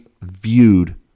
viewed